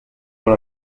dans